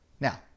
Now